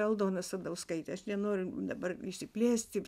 aldona sadauskaitė aš nenoriu dabar išsiplėsti